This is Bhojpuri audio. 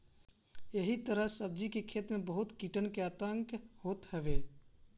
एही तरही सब्जी के खेती में भी बहुते कीटन के आतंक होत हवे